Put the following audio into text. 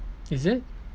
is it